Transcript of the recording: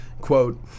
quote